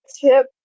tip